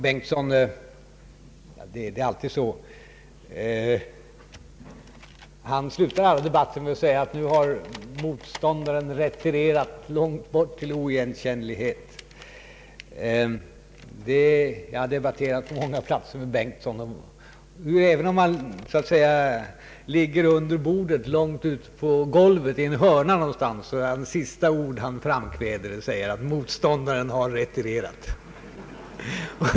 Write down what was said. Herr Bengtson slutar alla debatter med att säga att nu har motståndaren vetirerat långt bort till oigenkännlighet. Jag har debatterat på många platser med herr Bengtson, och även om han så att säga ligger under bordet eller i en hörna någonstans, så är hans sista ord att motståndaren har retirerat.